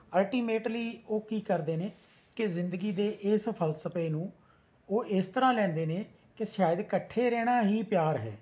ultimately ਉਹ ਕੀ ਕਰਦੇ ਨੇ ਕਿ ਜ਼ਿੰਦਗੀ ਦੇ ਇਸ ਫਲਸਫੇ ਨੂੰ ਓਹ ਇਸ ਤਰ੍ਹਾਂ ਲੈਂਦੇ ਨੇ ਕਿ ਸ਼ਾਇਦ ਇਕੱਠੇ ਰਹਿਣਾ ਹੀ ਪਿਆਰ ਹੈ